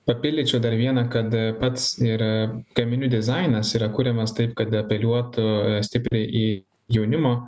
papildyčiau dar vieną kad pats ir gaminių dizainas yra kuriamas taip kad apeliuotų stipriai į jaunimo